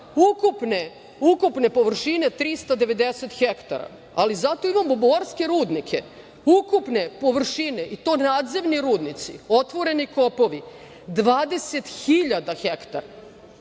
ukupne površine 390 hektara, ali zato imamo borske rudnike, ukupne površine, i to nadzemni rudnici, otvoreni kopovi, 20.000 hektara.